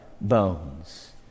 Bones